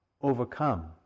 overcome